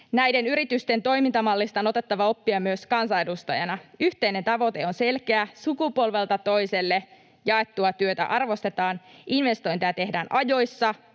Näiden yritysten toimintamallista on otettava oppia myös kansanedustajana: yhteinen tavoite on selkeä, sukupolvelta toiselle jaettua työtä arvostetaan, investointeja tehdään ajoissa,